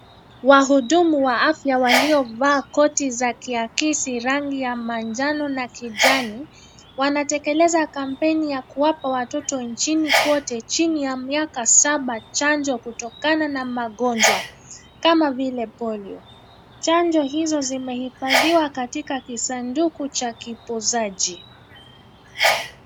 Wahudumu wa afya waliovaa koti za kiakisi rangi ya manjano na kijani wanatekelaza kampeni ya kuwapa watoto nchini kwote chini ya miaka saba chanjo kutokana na magonjwa kama vile polio. Chanjo hizo zimehifadhiwa katika kisanduku cha kipozaji.